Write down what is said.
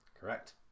Correct